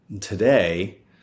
Today